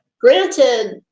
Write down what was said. granted